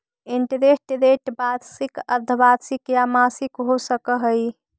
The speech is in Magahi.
इंटरेस्ट रेट वार्षिक, अर्द्धवार्षिक या मासिक हो सकऽ हई